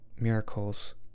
miracles